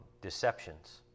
deceptions